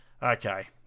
Okay